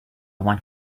want